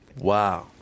Wow